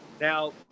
Now